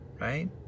right